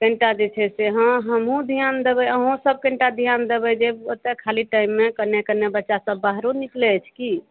कनिटा जे छै से हमहूँ धिआन देबै अहूँसब कनिटा धिआन देबै जे बच्चासब खाली टाइममे कने कने बच्चासब बाहरो निकलै अछि कि